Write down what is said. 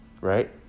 Right